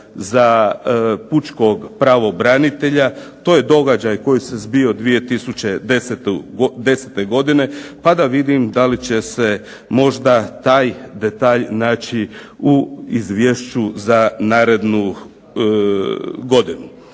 za pučkog pravobranitelja. To je događaj koji se zbio 2010. godine pa da vidim da li će se možda taj detalj naći u Izvješću za narednu godinu.